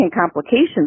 complications